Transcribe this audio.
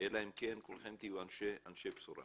אלא אם כולכם תהיו אנשי בשורה.